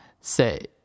say